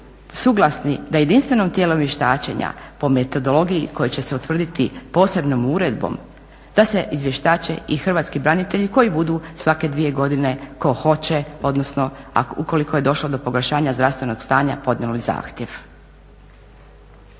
suglasni da jedinstveno tijelo vještačenja po metodologiji koja će se utvrditi posebnom uredbom da se izvještače i hrvatski branitelji koji budu svake dvije godine tko hoće, odnosno ukoliko je došlo do pogoršanja zdravstvenog stanja podnijeli zahtjev.